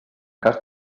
cas